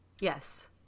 Yes